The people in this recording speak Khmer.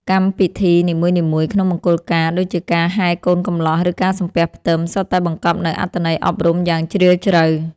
កិច្ចពិធីនីមួយៗក្នុងមង្គលការដូចជាការហែកូនកំលោះ ឬការសំពះផ្ទឹម សុទ្ធតែបង្កប់នូវអត្ថន័យអប់រំយ៉ាងជ្រាលជ្រៅ។